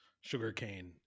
sugarcane